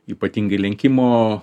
ypatingai lenkimo